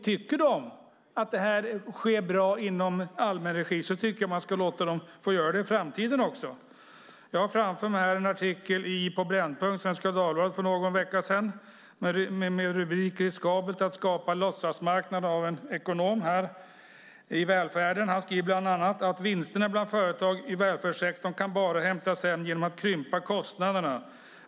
Tycker de att detta sköts bra i allmän regi tycker jag att man ska låta dem få göra det i framtiden också. Jag har framför mig en artikel från Svenska Dagbladets Brännpunkt för någon vecka sedan med rubriken "Riskabelt att skapa låtsasmarknader i välfärden" skriven av Johan Alvehus, ekonomie doktor. Han skriver bland annat: "Vinsterna bland företagen i välfärdssektorn kan bara hämtas hem genom att krympa kostnaderna.